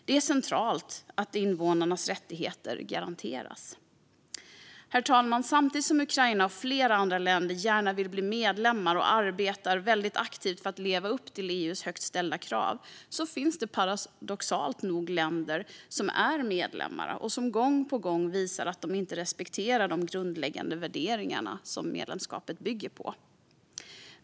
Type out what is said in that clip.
Det är centralt att invånarnas rättigheter garanteras. Herr talman! Samtidigt som Ukraina och flera andra länder som gärna vill bli medlemmar arbetar väldigt aktivt för att leva upp till EU:s högt ställda krav finns det paradoxalt nog länder som är medlemmar som gång på gång visar att de inte respekterar de grundläggande värderingar som medlemskapet bygger på.